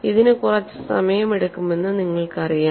ഇതിന് കുറച്ച് സമയമെടുക്കുമെന്ന് നിങ്ങൾക്കറിയാം